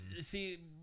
see